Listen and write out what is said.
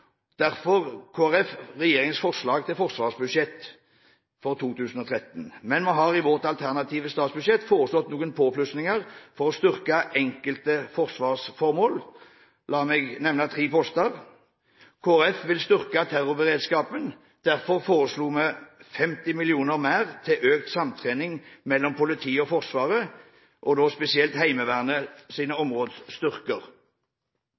derfor Kristelig Folkeparti regjeringens forslag til forsvarsbudsjett for 2013, men vi har i vårt alternative statsbudsjett foreslått noen påplussinger for å styrke enkelte forsvarsformål. La meg nevne tre poster: Kristelig Folkeparti vil styrke terrorberedskapen. Derfor foreslo vi 50 mill. kr mer til økt samtrening mellom politiet og Forsvaret, og spesielt